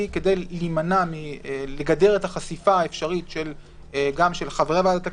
כדי לגדר את החשיפה האפשרית גם של חברי ועדת הקלפי,